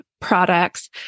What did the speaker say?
products